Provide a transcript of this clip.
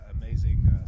amazing